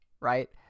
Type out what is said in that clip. right